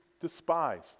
despised